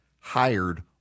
hired